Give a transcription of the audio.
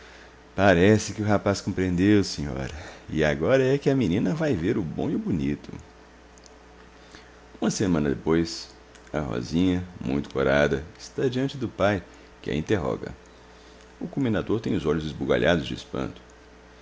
parece que o rapaz compreendeu senhora e agora é que a menina vai ver o bom e o bonito uma semana depois a rosinha muito corada está diante do pai que a interroga o comendador tem os olhos esbugalhados de espanto